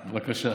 בבקשה.